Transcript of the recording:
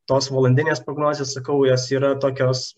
tos valandinės prognozės sakau jos yra tokios